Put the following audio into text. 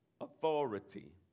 authority